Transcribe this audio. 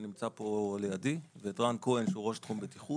שנמצא פה לידי ואת רן כהן שהוא ראש תחום בטיחות.